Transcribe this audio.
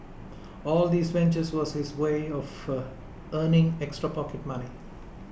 all these ventures was his way of a earning extra pocket money